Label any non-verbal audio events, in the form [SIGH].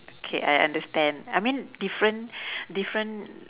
K I understand I mean different [BREATH] different